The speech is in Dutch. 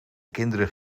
kinderen